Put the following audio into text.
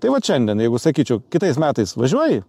tai vat šiandien jeigu sakyčiau kitais metais važiuoji